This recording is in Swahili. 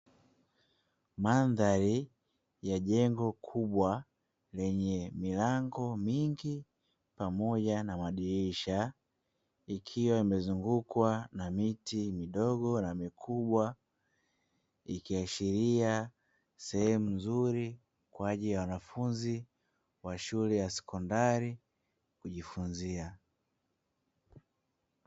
Mandhari ya jengo kubwa lenye milango mingi pamoja na madirisha, ikiwa imezungukwa na miti midogo na mikubwa ikiashiria sehemu nzuri kwaajili ya wanafunzi wa shule ya sekondari kujifunzia.